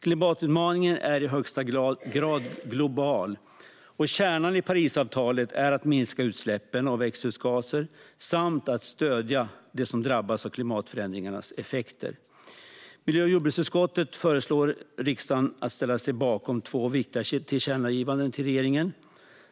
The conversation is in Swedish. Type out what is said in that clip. Klimatutmaningen är i högsta grad global, och kärnan i Parisavtalet är att man ska minska utsläppen av växthusgaser samt stödja dem som drabbas av klimatförändringarnas effekter. Miljö och jordbruksutskottet föreslår att riksdagen ska ställa sig bakom två viktiga tillkännagivanden till regeringen.